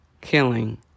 killing